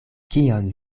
kion